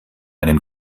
einen